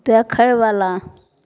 देखैवला